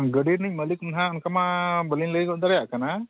ᱜᱟᱹᱰᱤ ᱨᱤᱱᱤᱡ ᱢᱟᱹᱞᱤᱠ ᱫᱚ ᱱᱟᱜ ᱚᱱᱠᱟᱢᱟ ᱵᱟᱞᱤᱝ ᱞᱟᱹᱭ ᱜᱚᱫ ᱫᱟᱲᱮᱭᱟᱜ ᱠᱟᱱᱟ